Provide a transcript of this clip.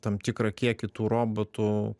tam tikrą kiekį tų robotų